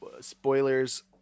spoilers